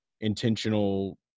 intentional